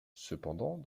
cependant